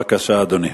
בבקשה, אדוני,